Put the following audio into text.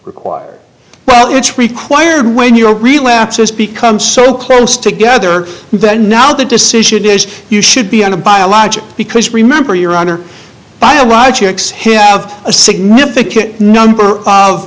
required but it's required when you're relapses become so close together that now the decision is you should be on a biologic because remember you're under biologics have a significant number of